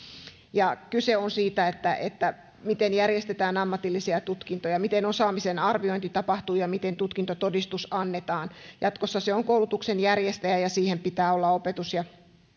kyse on siitä miten järjestetään ammatillisia tutkintoja miten osaamisen arviointi tapahtuu ja miten tutkintotodistus annetaan jatkossa se on koulutuksen järjestäjä ja siihen pitää olla opetus ja